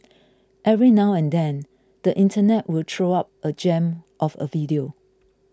every now and then the internet will throw up a gem of a video